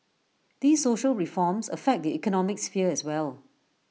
these social reforms affect the economic sphere as well